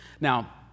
Now